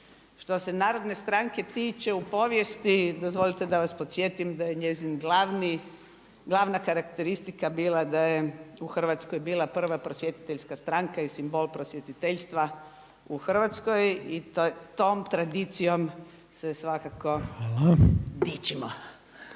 Što se Narodne stranke tiče u povijesti dozvolite da vas podsjetim da je njezin glavni, glavna karakteristika bila da je u Hrvatskoj bila prva prosvjetiteljska stranka i simbol prosvjetiteljstva u Hrvatskoj. I tom tradicijom se svakako dičimo.